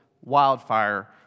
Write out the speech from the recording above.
wildfire